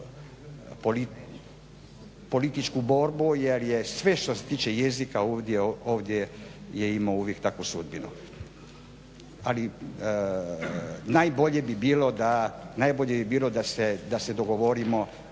političku borbu jer je sve što se tiče jezika ovdje je imalo uvijek takvu sudbinu. Ali najbolje bi bilo da, najbolje